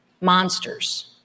Monsters